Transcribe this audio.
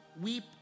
weep